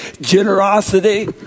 generosity